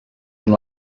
and